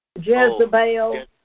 Jezebel